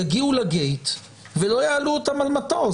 יגיעו ל-gate ולא יעלו אותם על מטוס.